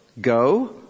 Go